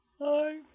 Hi